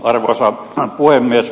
arvoisa puhemies